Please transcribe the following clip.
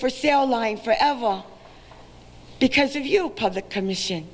for sale line for ever because of you public commission